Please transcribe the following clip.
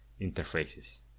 interfaces